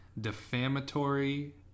defamatory